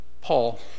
Paul